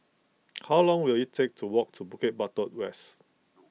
how long will it take to walk to Bukit Batok West